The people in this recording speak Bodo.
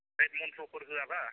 होयद मन्थ्रफोर होआ दा